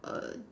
err